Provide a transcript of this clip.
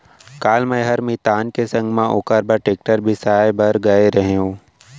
काल मैंहर मितान के संग म ओकर बर टेक्टर बिसाए बर गए रहव